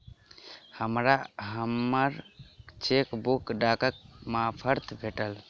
हमरा हम्मर चेकबुक डाकक मार्फत भेटल